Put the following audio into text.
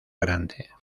grande